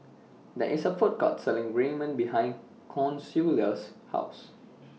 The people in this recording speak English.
There IS A Food Court Selling Ramen behind Consuela's House